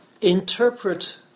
interpret